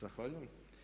Zahvaljujem.